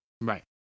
right